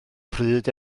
pryd